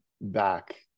back